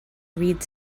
read